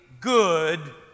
good